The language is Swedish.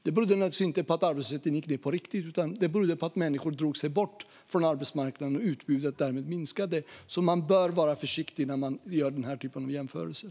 Det berodde naturligtvis inte på att arbetslösheten gick ned på riktigt utan på att människor drog sig bort från arbetsmarknaden och utbudet därmed minskade. Man bör alltså vara försiktig när man gör den här typen av jämförelser.